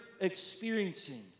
experiencing